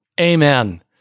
Amen